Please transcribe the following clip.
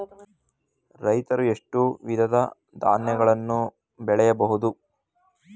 ರೈತರು ಎಷ್ಟು ವಿಧದ ಧಾನ್ಯಗಳನ್ನು ಬೆಳೆಯಬಹುದು?